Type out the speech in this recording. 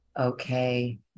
Okay